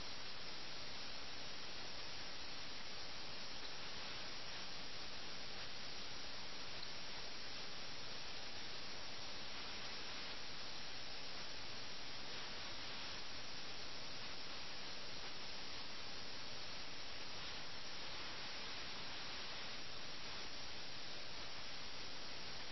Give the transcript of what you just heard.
രാജാക്കന്മാർക്കോ രാജ്യങ്ങൾക്കോ വേണ്ടി എന്തിന് മരിക്കണം എന്ന് ആഖ്യാതാവ് ആലങ്കാരികമായി ചോദിക്കുന്നു അവർ മാരകമായി പോരാടുന്നു അവർ ചെസ്സ് കളിയിൽ തങ്ങളുടെ വസീറുകൾക്ക് വേണ്ടി മരിക്കുന്നു യഥാർത്ഥ വസീറുകൾക്ക് വേണ്ടിയല്ല യുദ്ധക്കളത്തിലെ യഥാർത്ഥ രാജാവിന് വേണ്ടിയല്ല